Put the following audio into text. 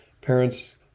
Parents